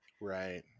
Right